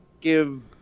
Give